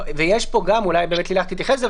אולי לילך תתייחס לזה,